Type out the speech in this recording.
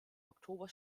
oktober